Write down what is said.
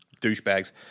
douchebags